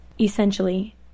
essentially